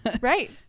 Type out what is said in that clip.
right